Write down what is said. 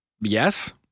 Yes